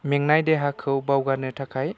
मेंनाय देहाखौ बावगारनो थाखाय